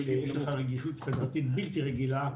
שיש לך רגישות חברתית בלתי רגילה,